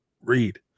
read